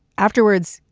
afterwards,